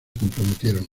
comprometieron